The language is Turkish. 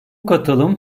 katılım